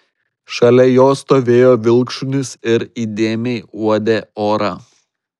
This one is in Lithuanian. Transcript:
šalia jo stovėjo vilkšunis ir įdėmiai uodė orą